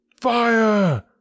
Fire